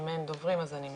אם אין דוברים אז אני מסכמת.